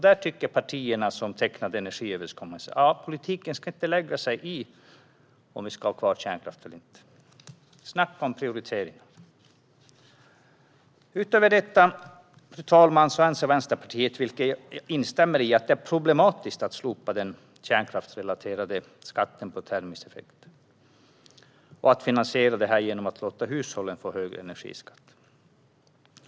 Där tycker partierna som tecknade energiöverenskommelsen att politiken inte ska lägga sig i om vi ska ha kärnkraften kvar eller inte. Snacka om prioriteringar! Fru talman! Utöver detta anser Vänsterpartiet, vilket jag instämmer i, att det är problematiskt att slopa den kärnkraftsrelaterade skatten på termisk effekt och att finansiera detta genom att låta hushållen få högre energiskatt.